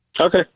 Okay